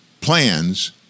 plans